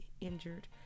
injured